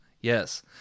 Yes